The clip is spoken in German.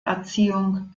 erziehung